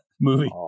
movie